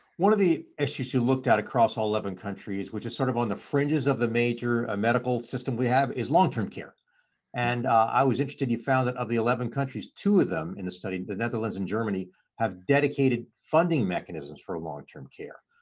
one of the issues you looked at across all eleven countries, which is sort of on the fringes of the major a medical system we have is long term care and i was interested you found that of the eleven countries two of them in the study in the netherlands in germany have dedicated funding mechanisms for a long term care.